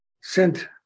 sent